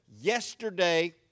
Yesterday